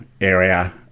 area